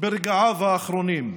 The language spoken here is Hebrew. ברגעיו האחרונים.